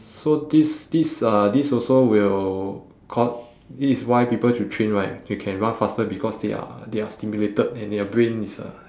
so this this uh this also will cau~ this is why people should train right they can run faster because they are they are stimulated and their brain is uh